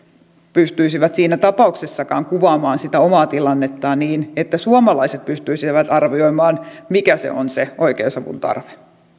pystyisivät siinä tapauksessakaan kuvaamaan sitä omaa tilannettaan niin että suomalaiset pystyisivät arvioimaan mikä se on se oikeusavun tarve